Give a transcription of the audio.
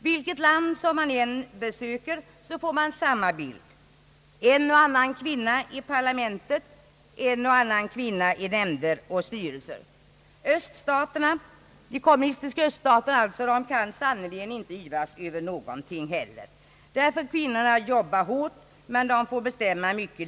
Vilket land man än besöker får man samma bild: en och annan kvinna i parlamentet, en och annan kvinna i nämnder och styrelser. De kommunistiska öststaterna kan sannerligen inte heller yvas över någonting. Där får kvinnorna jobba hårt, men de får bestämma mycket litet.